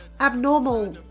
abnormal